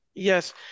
Yes